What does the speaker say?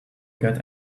get